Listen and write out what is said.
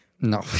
No